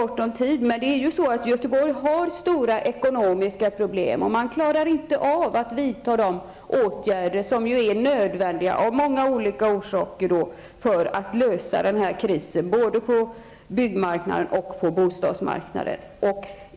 Göteborg har stora ekonomiska problem och klarar inte att vidta de åtgärder som av många olika orsaker är nödvändiga för att klara krisen både på byggmarknaden och på bostadsmarknaden.